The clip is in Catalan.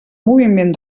moviment